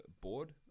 board